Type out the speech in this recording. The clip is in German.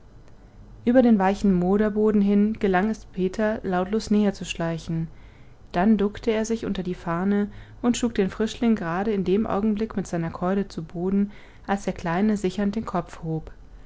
über den weichen moderboden hin gelang es peter lautlos näherzuschleichen dann duckte er sich unter die farne und schlug den frischling gerade in dem augenblick mit seiner keule zu boden als der kleine sichernd den kopf hob